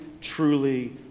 truly